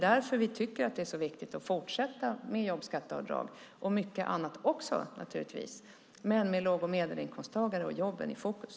Därför tycker vi att det är viktigt att fortsätta med jobbskatteavdrag och mycket annat med låg och medelinkomsttagarna och jobben i fokus.